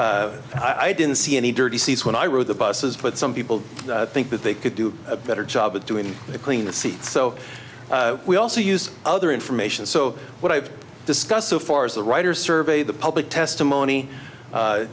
i didn't see any dirty seats when i wrote the buses but some people think that they could do a better job at doing it clean the seat so we also use other information so what i've discussed so far as the writer survey the public testimony